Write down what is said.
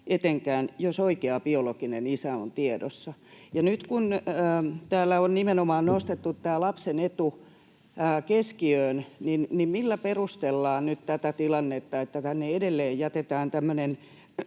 etenkään, jos oikea biologinen isä on tiedossa.” Nyt kun täällä on nimenomaan nostettu tämä lapsen etu keskiöön, niin millä perustellaan nyt tätä tilannetta, että tänne edelleen jätetään